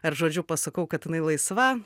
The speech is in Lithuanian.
ar žodžiu pasakau kad jinai laisva